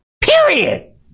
Period